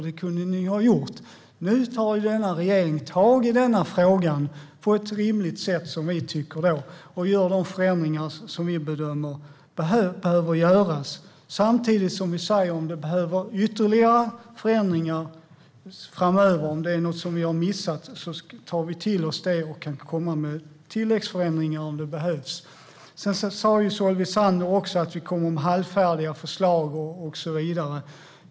Det kunde ni ju ha gjort. Nu tar denna regering tag i den här frågan på ett rimligt sätt, som vi tycker, och gör de förändringar som vi bedömer behöver göras. Samtidigt säger vi: Om det behövs ytterligare förändringar framöver, om det är något som vi har missat, tar vi till oss det och kan komma med tilläggsförändringar om det behövs. Solveig Zander sa också att vi kommer med halvfärdiga förslag.